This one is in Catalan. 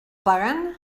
pagant